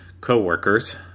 co-workers